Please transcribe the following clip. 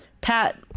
Pat